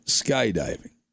skydiving